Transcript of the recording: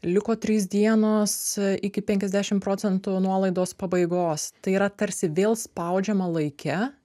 liko trys dienos iki penkiasdešimt procentų nuolaidos pabaigos tai yra tarsi vėl spaudžiama laike